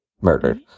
murdered